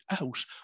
out